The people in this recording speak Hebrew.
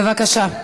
בבקשה.